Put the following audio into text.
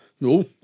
No